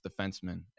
defenseman